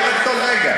ירד כל רגע,